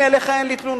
אני, אליך אין לי תלונות.